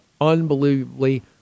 unbelievably